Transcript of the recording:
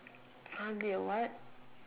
I be a what